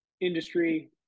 industry